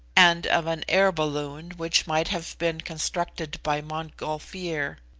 and of an air-balloon which might have been constructed by montgolfier.